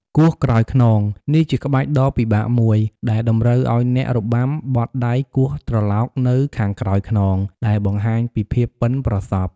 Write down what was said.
គោះក្រោយខ្នង នេះជាក្បាច់ដ៏ពិបាកមួយ ដែលតម្រូវឱ្យអ្នករបាំបត់ដៃគោះត្រឡោកនៅខាងក្រោយខ្នង ដែលបង្ហាញពីភាពប៉ិនប្រសប់។